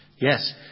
Yes